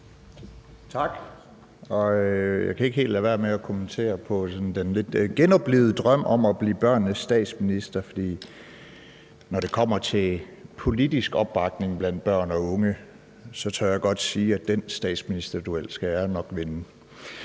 Tak. Jeg kan ikke helt lade være med at kommentere på den lidt genoplivede drøm om at blive børnenes statsminister, for når det kommer til politisk opbakning blandt børn og unge, tør jeg godt sige, at den statsministerduel skal jeg nok vinde,